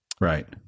right